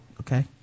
okay